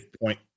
point